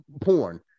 porn